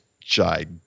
gigantic